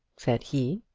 said he.